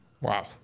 Wow